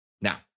Now